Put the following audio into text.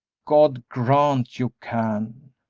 god grant you can!